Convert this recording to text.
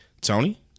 Tony